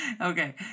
Okay